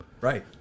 Right